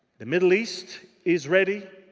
the middle east is ready.